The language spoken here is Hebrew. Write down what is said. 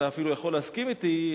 אתה אפילו יכול להסכים אתי,